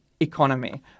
Economy